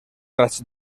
raig